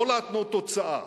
לא להתנות תוצאה,